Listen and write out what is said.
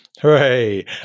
Hooray